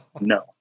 no